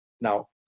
Now